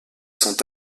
sont